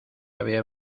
había